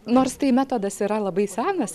nors tai metodas yra labai senas